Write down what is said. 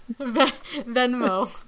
Venmo